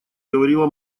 говорила